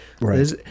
right